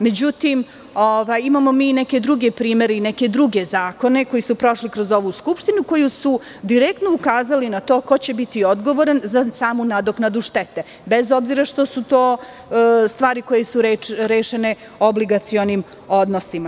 Međutim, imamo i neke druge primere, neke druge zakone koji su prošli kroz ovu skupštinu, a koji su direktno ukazali na to ko će biti odgovoran za samu nadoknadu štete, bez obzira što su to stvari koje su rešene obligacionim odnosima.